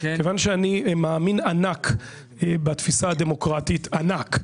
כיוון שאני מאמין ענק בתפיסה הדמוקרטית ענק,